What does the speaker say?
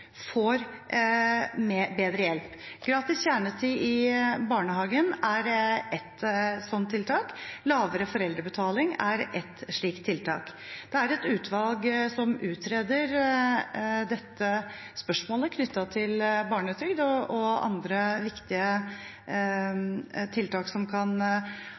får bedre hjelp. Gratis kjernetid i barnehagen er et slikt tiltak, lavere foreldrebetaling er et slikt tiltak. Det er et utvalg som utreder spørsmålet knyttet til barnetrygd og andre viktige tiltak som kan